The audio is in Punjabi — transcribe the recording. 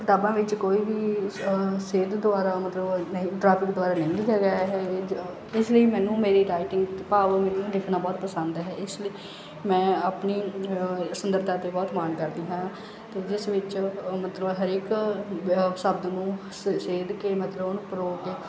ਕਿਤਾਬਾਂ ਵਿੱਚ ਕੋਈ ਵੀ ਸੇਧ ਦੁਆਰਾ ਮਤਲਬ ਗ੍ਰਾਫਿਕ ਦੁਆਰਾ ਨਹੀਂ ਲਿਖਿਆ ਗਿਆ ਹੈ ਇਹ 'ਚ ਇਸ ਲਈ ਮੈਨੂੰ ਮੇਰੀ ਰਾਇਟਿੰਗ ਭਾਵ ਮੈਨੂੰ ਲਿਖਣਾ ਬਹੁਤ ਪਸੰਦ ਹੈ ਇਸ ਲਈ ਮੈਂ ਆਪਣੀ ਸੁੰਦਰਤਾ ਤੇ ਬਹੁਤ ਮਾਣ ਕਰਦੀ ਹਾਂ ਅਤੇ ਜਿਸ ਵਿੱਚ ਮਤਲਬ ਹਰੇਕ ਅਹ ਸ਼ਬਦ ਨੂੰ ਸ ਸੇਧ ਕੇ ਮਤਲਬ ਉਹਨੂੰ ਪਰੋ ਕੇ